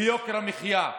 ביוקר המחיה.